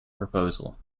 proposal